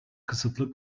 kısıtlı